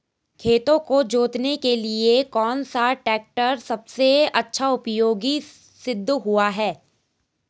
खेतों को जोतने के लिए कौन सा टैक्टर सबसे अच्छा उपयोगी सिद्ध हुआ है?